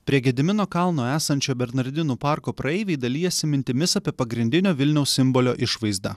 prie gedimino kalno esančio bernardinų parko praeiviai dalijasi mintimis apie pagrindinio vilniaus simbolio išvaizdą